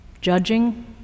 judging